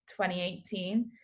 2018